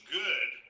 good